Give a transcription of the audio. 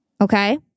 okay